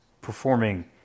performing